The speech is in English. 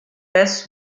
best